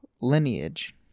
lineage